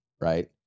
right